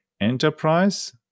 enterprise